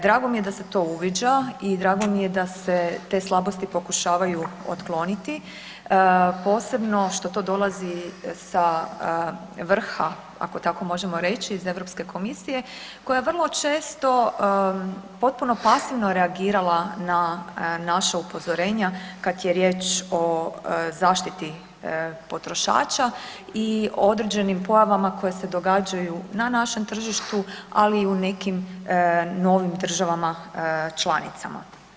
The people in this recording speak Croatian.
Drago mi je da se to uviđa i drago mi je da se te slabosti pokušavaju otkloniti posebno što to dolazi sa vrha ako tako možemo reći iz Europske komisije koja je vrlo često potpuno pasivno reagirala na naša upozorenja kada je riječ o zaštiti potrošača i određenim pojavama koje se događaju na našem tržištu ali i u nekim novim državama članicama.